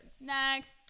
Next